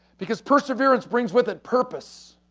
because perseverance brings with a purpose.